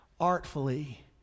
artfully